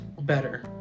better